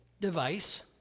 device